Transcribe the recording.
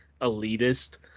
elitist